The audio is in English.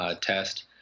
test